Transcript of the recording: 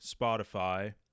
spotify